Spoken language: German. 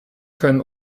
können